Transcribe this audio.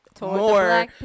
more